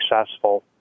successful